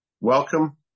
Welcome